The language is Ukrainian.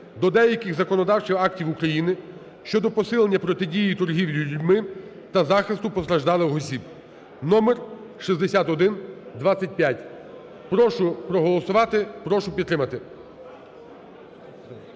до деяких законодавчих актів України щодо посилення протидії торгівлі людьми та захисту постраждалих осіб (номер 6125). Прошу проголосувати. Прошу підтримати.